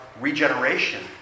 regeneration